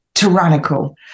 Tyrannical